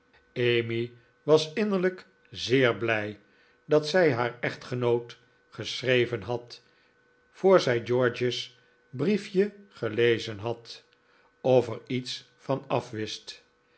emmy was innerlijk zeer blij dat zij haar echtgenoot geschreven had voor zij george's briefje gelezen had of er iets van afwist